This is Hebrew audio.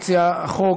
מציע החוק,